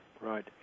Right